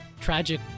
tragic